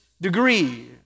degree